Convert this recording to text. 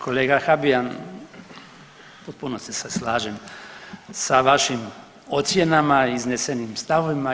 Kolega Habijan, potpuno se sad slažem sa vašim ocjenama i iznesenim stavovima.